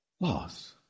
loss